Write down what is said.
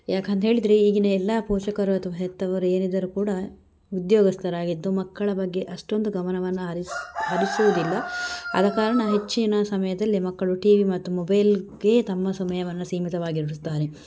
ಯಾಕಂತ ಹೇಳಿದರೆ ಈಗಿನ ಎಲ್ಲಾ ಪೋಷಕರು ಅಥವಾ ಹೆತ್ತವರು ಏನಿದ್ದರು ಕೂಡಾ ಉದ್ಯೋಗಸ್ಥರಾಗಿದ್ದು ಮಕ್ಕಳ ಬಗ್ಗೆ ಅಷ್ಟೊಂದು ಗಮನವನ್ನು ಹರಿಸು ಹರಿಸುವುದಿಲ್ಲ ಆದ ಕಾರಣ ಹೆಚ್ಚಿನ ಸಮಯದಲ್ಲಿ ಮಕ್ಕಳು ಟಿವಿ ಮತ್ತು ಮೊಬೈಲ್ಗೆ ತಮ್ಮ ಸಮಯವನ್ನು ಸೀಮಿತವಾಗಿಡುತ್ತಾರೆ